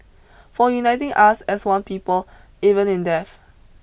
for uniting us as one people even in death